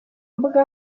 mbuga